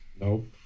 Nope